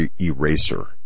Eraser